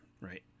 right